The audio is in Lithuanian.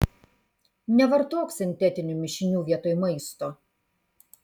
nevartok sintetinių mišinių vietoj maisto